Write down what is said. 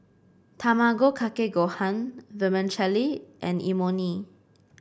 Tamago Kake Gohan Vermicelli and Imoni